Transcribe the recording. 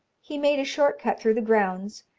he made a short cut through the grounds,